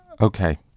Okay